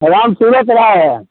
Ram Surat Rai